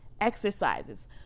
exercises